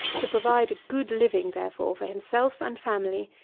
to provide a good living, therefore, for himself and family,